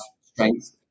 strength